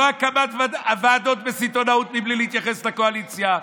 לא הקמת ועדות בסיטונאות בלי להתייחס לאופוזיציה,